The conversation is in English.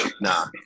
nah